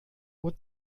uhr